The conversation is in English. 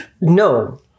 No